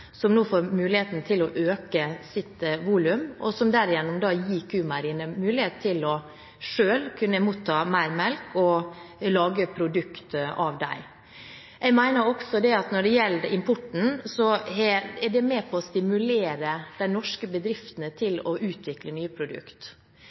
som nå får mulighet til å øke sitt volum, noe som derigjennom gir Q-Meieriene mulighet til selv å kunne motta mer melk til å lage produkter av. Jeg mener også at når det gjelder import, er det med på å stimulere de norske bedriftene til å utvikle nye